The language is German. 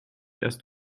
erst